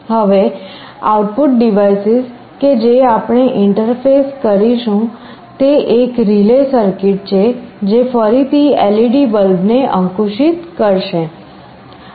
હવે output devices કે જે આપણે ઇન્ટરફેસ કરીશું તે એક રિલે સર્કિટ છે જે ફરીથી LED બલ્બ ને અંકુશિત કરશે